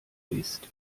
ist